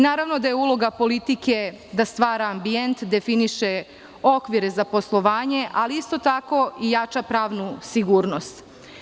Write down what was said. Naravno da je uloga politike da stvara ambijent, definiše okvire za poslovanje, ali isto tako i jača pravnu sigurnost.